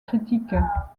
critiques